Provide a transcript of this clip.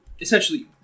Essentially